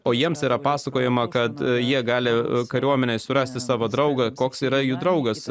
o jiems yra pasakojama kad jie gali kariuomenėje surasti savo draugą koks yra jų draugas